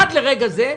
עד לרגע זה,